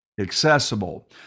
Accessible